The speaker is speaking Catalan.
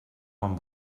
quan